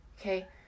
okay